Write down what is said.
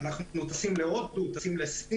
שמתי אותה על השולחן?